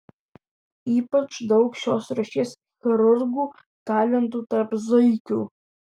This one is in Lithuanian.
ypač daug šios rūšies chirurgų talentų tarp zuikių